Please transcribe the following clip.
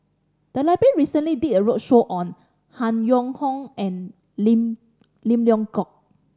the library recently did a roadshow on Han Yong Hong and Lim Lim Leong Geok